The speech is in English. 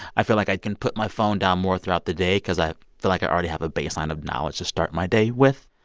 i feel like i can put my phone down more throughout the day cause i feel like i already have a baseline of knowledge to start my day with.